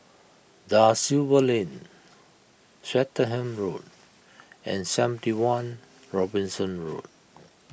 Da Silva Lane Swettenham Road and seventy one Robinson Road